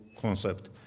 concept